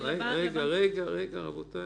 --- רגע, רגע, רגע, רבותיי.